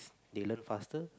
they learn faster